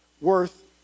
worth